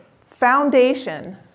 foundation